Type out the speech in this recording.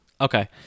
Okay